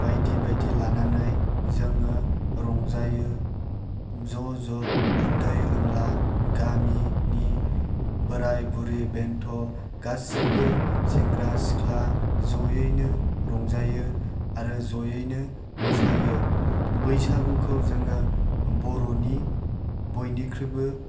बायदि बायदि लानानै जोङो रंजायो ज' ज' उन्दै उनला गामिनि बोराय बुरै बेन्थ' गासैबो सेंग्रा सिख्ला ज'यैनो रंजायो आरो ज'यैनो मोसायो बैसागुखौ जोङो बर'नि बयनिख्रुइबो